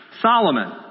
Solomon